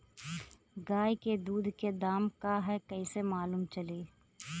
गाय के दूध के दाम का ह कइसे मालूम चली?